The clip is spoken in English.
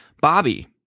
Bobby